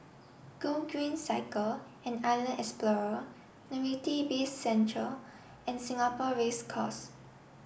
Gogreen Cycle and Island Explorer Novelty Bizcentre and Singapore Race Course